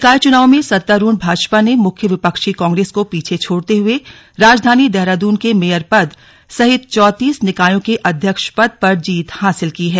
निकाय चुनावों में सत्तारूढ़ भाजपा ने मुख्य विपक्षी कांग्रेस को पीछे छोड़ते हुए राजधानी देहराद्न के मेयर पद सहित चौंतीस निकायों के अध्यक्ष पद पर जीत हासिल की है